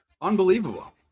Unbelievable